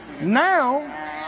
Now